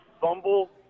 fumble